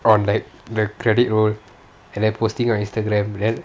on like the credit roll and then posting on Instagram then